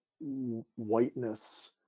whiteness